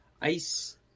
Ice